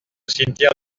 cimetière